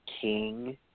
king